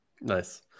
Nice